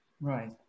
Right